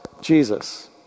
Jesus